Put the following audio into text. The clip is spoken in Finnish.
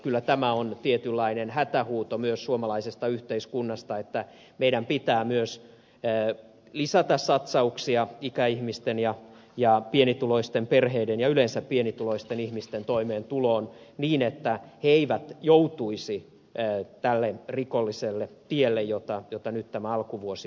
kyllä tämä on tietynlainen hätähuuto myös suomalaisesta yhteiskunnasta että meidän pitää myös lisätä satsauksia ikäihmisten ja pienituloisten perheiden ja yleensä pienituloisten ihmisten toimeentuloon niin että he eivät joutuisi tälle rikolliselle tielle josta nyt tämä alkuvuosi on kertonut